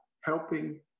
helping